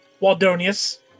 waldonius